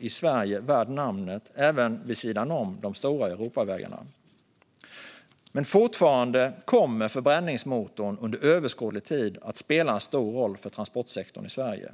i Sverige värd namnet, även vid sidan om de stora Europavägarna. Fortfarande kommer dock förbränningsmotorn under överskådlig tid att spela en stor roll för transportsektorn i Sverige.